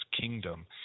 kingdom